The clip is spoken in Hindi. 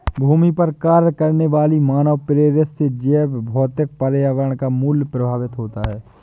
भूमि पर कार्य करने वाली मानवप्रेरित से जैवभौतिक पर्यावरण का मूल्य प्रभावित होता है